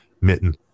mitten